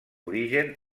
origen